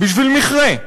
בשביל מכרה.